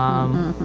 um,